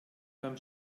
beim